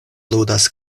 ludas